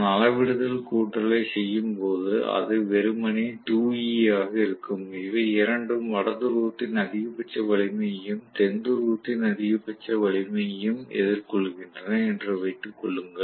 நான் அளவிடுதல் கூட்டலை செய்யும்போது அது வெறுமனே 2E ஆக இருக்கும் இவை இரண்டும் வட துருவத்தின் அதிகபட்ச வலிமையையும் தென் துருவத்தின் அதிகபட்ச வலிமையையும் எதிர்கொள்கின்றன என்று வைத்துக் கொள்ளுங்கள்